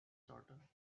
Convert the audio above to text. daughter